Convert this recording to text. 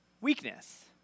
weakness